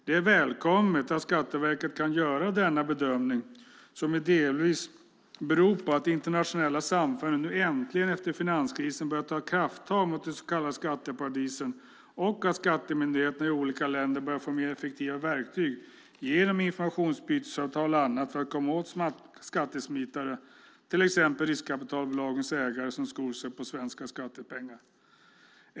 Det är välkommet att Skatteverket kan göra denna bedömning, som ju delvis beror på att det internationella samfundet nu äntligen efter finanskrisen börjar ta krafttag mot de så kallade skatteparadisen och att skattemyndigheterna i olika länder börjar få mer effektiva verktyg genom informationsbytesavtal och annat att komma åt skattesmitare, till exempel riskkapitalbolagens ägare som skor sig på svenska skattepengar.